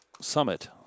summit